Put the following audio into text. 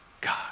God